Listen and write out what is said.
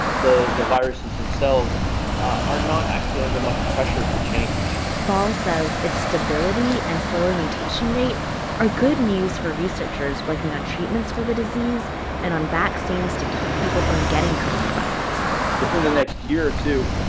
the the viruses themselves are not actually under much pressure to change bahl says its stability and slower mutation rate are good news for researchers working on treatments for the disease and on vaccines to keep people from getting coronavirus within the next year or two,